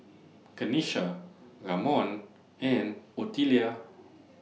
Kenisha Ramon and Otelia